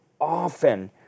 often